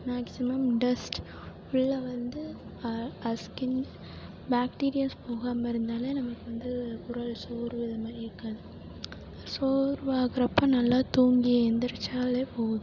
maximum dust உள்ளே வந்து அது ஸ்கின் பாக்டீரியாஸ் போகாமல் இருந்தாலே நம்மளுக்கு வந்து குரல் சோர்வு அது மாதிரி இருக்காது சோர்வாகிறப்ப நல்லா தூங்கி எந்திரித்தாலே போதும்